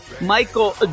Michael